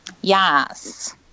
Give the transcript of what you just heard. Yes